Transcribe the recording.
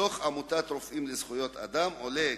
מדוח עמותת "רופאים לזכויות אדם" עולה,